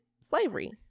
slavery